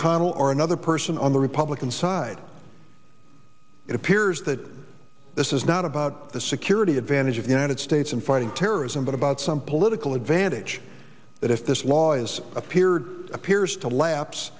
mcconnell or another person on the republican side it appears that this is not about the security advantage of the united states in fighting terrorism but about some political advantage that if this law is appeared appears to la